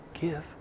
give